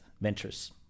ventures